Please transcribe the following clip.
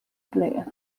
play